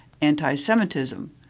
anti-Semitism